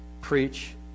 preach